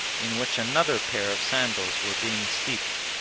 in which another pair of sandals were being steeped,